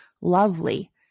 lovely